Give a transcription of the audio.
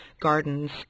gardens